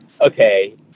okay